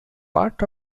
part